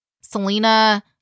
Selena